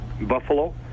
Buffalo